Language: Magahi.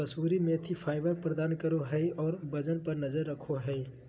कसूरी मेथी फाइबर प्रदान करो हइ और वजन पर नजर रखो हइ